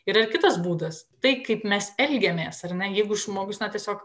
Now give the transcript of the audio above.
yra ir kitas būdas tai kaip mes elgiamės ar ne jeigu žmogus na tiesiog